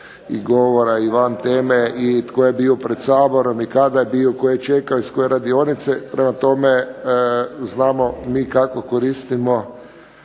govora i van teme, tko je bio pred Saborom, i kada je bio tko je čekao iz koje radionice, prema tome, znamo mi kako koristimo